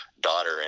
daughter